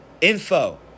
info